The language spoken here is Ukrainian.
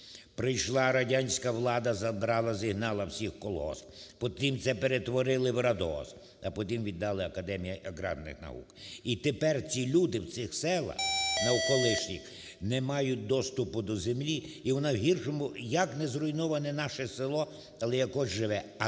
Прийшла радянська влада, забрала, зігнала всіх в колгосп, потім це перетворили в радгосп, а потім віддали Академії агарних наук. І тепер ці люди в цих селах колишніх не мають доступу до землі і вона в гіршому, як не зруйноване наше село, але якось живе,